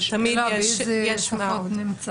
אבל תמיד יש מה עוד.